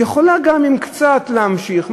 יכולה גם קצת להמשיך.